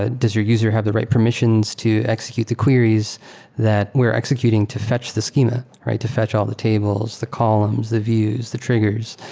ah does your user have the right permissions to execute the queries that we are executing to fetch the schema? to fetch all the tables, the columns the views, the triggers.